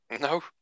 No